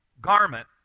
garment